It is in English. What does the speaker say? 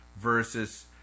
versus